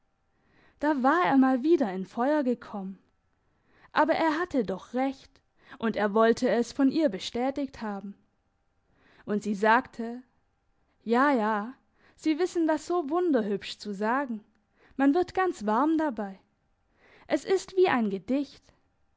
da war er mal wieder in feuer gekommen aber er hatte doch recht und er wollte es von ihr bestätigt haben und sie sagte ja ja sie wissen das so wunderhübsch zu sagen man wird ganz warm dabei es ist wie ein gedicht